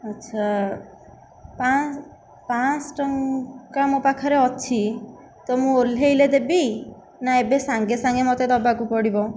ଆଚ୍ଛା ପାଁ ପାଞ୍ଚଶହ ଟଙ୍କା ମୋ ପାଖରେ ଅଛି ତ ମୁଁ ଓଲ୍ହେଇଲେ ଦେବି ନା ଏବେ ସାଙ୍ଗେ ସାଙ୍ଗେ ମୋତେ ଦେବାକୁ ପଡ଼ିବ